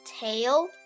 tail